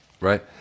Right